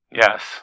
Yes